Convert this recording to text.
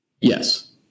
Yes